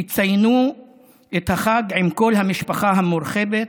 תציינו את החג עם כל המשפחה המורחבת.